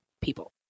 people